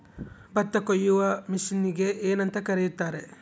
ಭತ್ತ ಕೊಯ್ಯುವ ಮಿಷನ್ನಿಗೆ ಏನಂತ ಕರೆಯುತ್ತಾರೆ?